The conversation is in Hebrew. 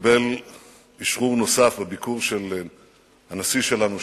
שיקבל אשרור נוסף בביקור של הנשיא שלנו,